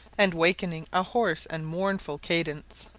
and wakening a hoarse and mournful cadence.